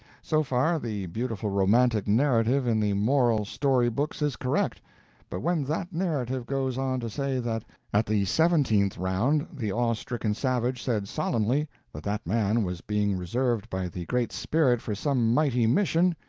so far the beautiful romantic narrative in the moral story-books is correct but when that narrative goes on to say that at the seventeenth round the awe-stricken savage said solemnly that that man was being reserved by the great spirit for some mighty mission,